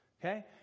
okay